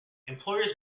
employers